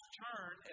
turn